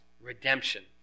redemption